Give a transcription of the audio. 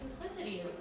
simplicity